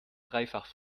dreifach